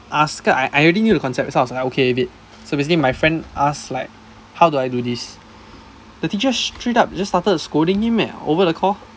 ask her I I already knew the concept so I was like okay with it so basically my friend ask like how do I do this the teacher straight up just started scolding him meh over the call